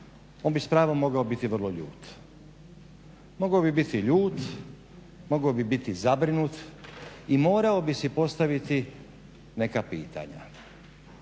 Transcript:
on bi s pravom mogao biti vrlo ljut. Mogao bi biti ljut, mogao bi biti zabrinut i mora bi si postaviti neka pitanja.